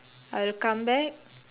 I'll come back